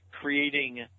creating